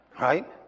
Right